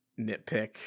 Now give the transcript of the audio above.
nitpick